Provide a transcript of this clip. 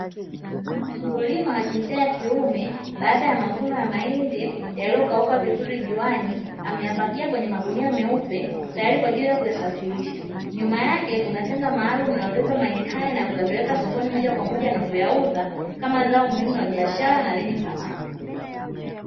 Mkulima wa jinsia ya kiume, baada ya mavuno ya mahindi yaliyokauaka vizuri juani, ameyapakia kwenye magunia meupe tayari kwa ajili ya kuyasafirisha. Nyuma yake kuna tenga maalumu linalobeba mahindi haya na kuyapeleka sokoni moja kwa moja na kuyauza kama zao muhimu la biashara na lenye thamani.